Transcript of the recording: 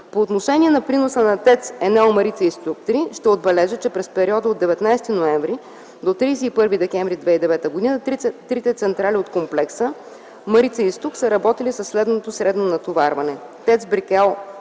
По отношение на приноса на ТЕЦ „Енел Марица изток 3” ще отбележа, че през периода от 19 ноември до 31 декември 2009 г. трите централи от комплекса „Марица изток” са работили със следното средно натоварване: ТЕЦ „Брикел”